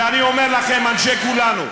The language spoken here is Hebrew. ואני אומר לכם, אנשי כולנו,